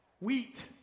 Wheat